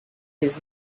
his